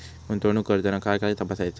गुंतवणूक करताना काय काय तपासायच?